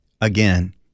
again